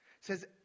says